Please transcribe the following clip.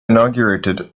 inaugurated